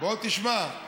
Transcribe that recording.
למה לשמוע?